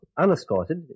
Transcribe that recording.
unescorted